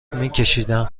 میکشیدم